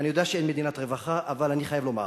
ואני יודע שאין מדינת רווחה אבל אני חייב לומר: